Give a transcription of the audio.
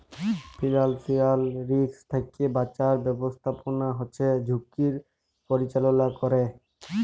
financial risk থ্যাকে বাঁচার ব্যাবস্থাপনা হচ্যে ঝুঁকির পরিচাললা ক্যরে